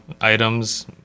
items